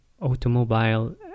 Automobile